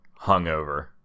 hungover